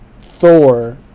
Thor